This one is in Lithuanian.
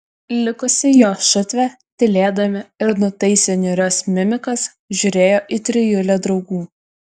likusi jo šutvė tylėdami ir nutaisę niūrias mimikas žiūrėjo į trijulę draugų